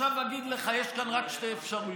עכשיו אגיד לך, יש כאן רק שתי אפשרויות,